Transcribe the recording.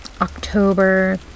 October